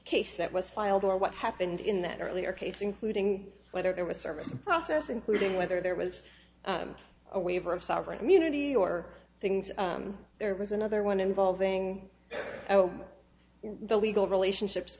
case that was filed or what happened in that earlier case including whether there was a service a process including whether there was a waiver of sovereign immunity or things there was another one involving the legal relationships